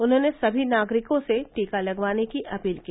उन्होंने सभी नागरिकों से टीका लगवाने की अपील की